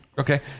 Okay